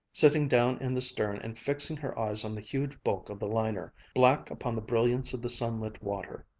sitting down in the stern and fixing her eyes on the huge bulk of the liner, black upon the brilliance of the sunlit water.